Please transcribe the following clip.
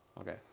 Okay